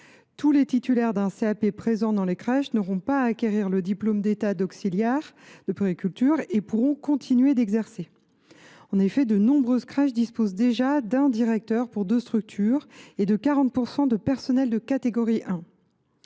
Tous les titulaires d’un CAP présents dans les crèches n’auront pas à acquérir le diplôme d’État d’auxiliaire de puériculture et pourront continuer d’exercer. En effet, de nombreuses crèches disposent déjà d’un directeur pour deux structures et comptent 40 % de personnel de catégorie 1.